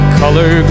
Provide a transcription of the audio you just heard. color